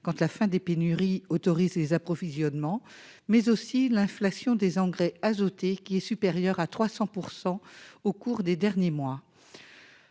quant à la fin des pénuries autorise ses approvisionnements, mais aussi l'inflation des engrais azotés qui est supérieure à 300 % au cours des derniers mois,